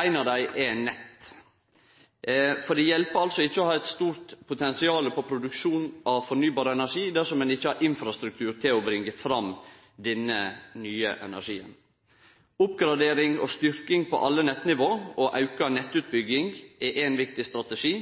Ei av dei er nett, for det hjelper ikkje å ha eit stort potensial på produksjon av fornybar energi dersom ein ikkje har infrastruktur til å bringe fram denne nye energien. Oppgradering og styrking på alle nettnivå og auka nettutbygging er ein viktig strategi.